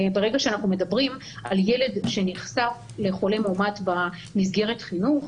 ברגע שאנחנו מדברים על ילד שנחשף לחולה מאומת במסגרת חינוך,